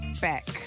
back